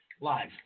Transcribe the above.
live